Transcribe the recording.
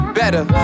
better